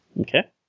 Okay